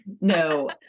No